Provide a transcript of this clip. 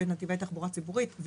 בנתיבי תחבורה ציבורית,